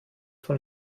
von